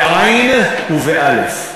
בעי"ן ובאל"ף.